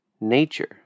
nature